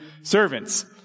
servants